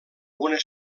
una